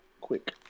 Quick